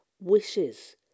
wishes